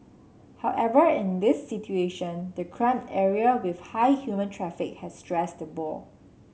however in this situation the cramped area with high human traffic have stressed the boar